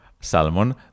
salmon